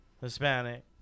Hispanic